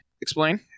explain